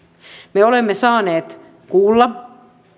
me olemme saaneet kuulla